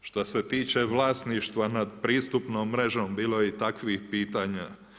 Što se tiče vlasništva nad pristupnom mrežom, bilo je i takvih pitanja.